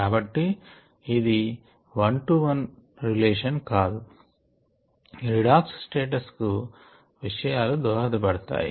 కాబట్టి ఇది one to one సంబంధం కాదు రిడాక్స్ స్టేటస్ కు విషయాలు దోహద పడతాయి